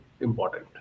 important